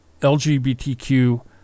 LGBTQ